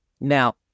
Now